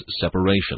separation